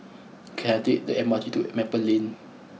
can I take the M R T to Maple Lane